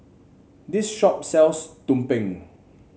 this shop sells tumpeng